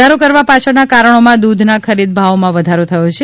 વધારો કરવા પાછળના કારણોમાં દૂધના ખરીદ ભાવોમાં વધારો થયો છે